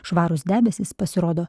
švarūs debesys pasirodo